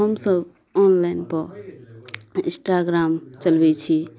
हमसब ऑनलाइन पर इस्ट्राग्राम चलबै छी